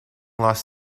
less